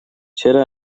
چرا